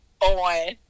on